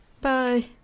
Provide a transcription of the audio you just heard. Bye